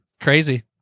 Crazy